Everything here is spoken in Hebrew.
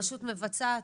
רשות מבצעת.